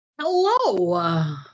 Hello